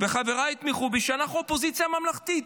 וחבריי יתמכו בי, אנחנו אופוזיציה ממלכתית.